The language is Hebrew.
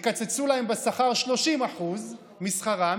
יקצצו להם 30% משכרם,